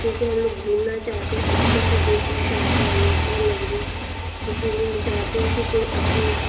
क्योंकि हम लोग घूमना चाहते हैं अच्छे से देखना चाहते हैं आयोध्या नगरी इसलिए हम चाहते हैं कि कोई अपने